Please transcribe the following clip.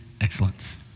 excellence